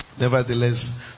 Nevertheless